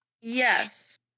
Yes